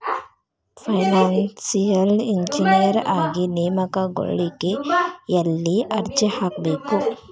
Financial engineer ಆಗಿ ನೇಮಕಗೊಳ್ಳಿಕ್ಕೆ ಯೆಲ್ಲಿ ಅರ್ಜಿಹಾಕ್ಬೇಕು?